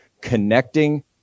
connecting